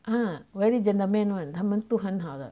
ah very gentleman one 他们都很好的